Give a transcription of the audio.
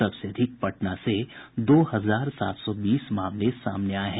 सबसे अधिक पटना से दो हजार सात सौ बीस मामले सामने आये हैं